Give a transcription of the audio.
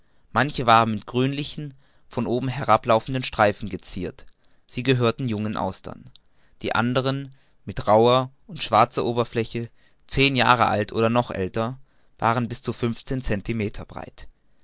manche waren mit grünlichen von oben herablaufenden streifen geziert sie gehörten jungen austern die andern mit rauher und schwarzer oberfläche zehn jahre alt oder noch älter waren bis zu fünfzehn centimeter breit